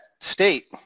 state